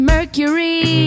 Mercury